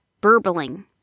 burbling